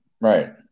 right